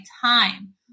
time